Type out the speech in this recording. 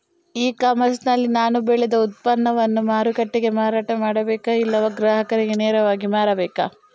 E commerce ನಲ್ಲಿ ನಾನು ಬೆಳೆ ಉತ್ಪನ್ನವನ್ನು ಮಾರುಕಟ್ಟೆಗೆ ಮಾರಾಟ ಮಾಡಬೇಕಾ ಇಲ್ಲವಾ ಗ್ರಾಹಕರಿಗೆ ನೇರವಾಗಿ ಮಾರಬೇಕಾ?